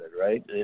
right